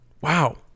Wow